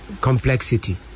complexity